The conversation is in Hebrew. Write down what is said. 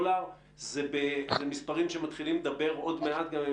אלה מספרים שמתחילים לדבר עוד מעט גם עם